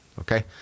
Okay